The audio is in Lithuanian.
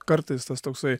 kartais tas toksai